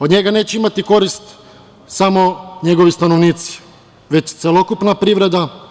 Od njega neće imati korist samo njegovi stanovnici, već celokupna privreda.